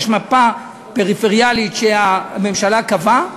יש מפת הפריפריה שהממשלה קבעה,